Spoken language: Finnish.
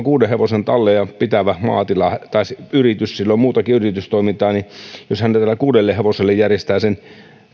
kuuden hevosen tallia pitävä maatila tai yritys siellä on muutakin yritystoimintaa ja hän sanoi että kun hän tekee seuraavan remontin ja kuudelle hevoselle järjestää sen